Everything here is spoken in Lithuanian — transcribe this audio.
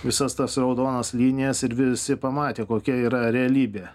visas tas raudonas linijas ir visi pamatė kokia yra realybė